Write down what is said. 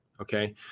Okay